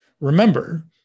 remember